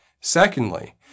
Secondly